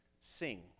sing